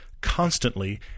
constantly